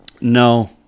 No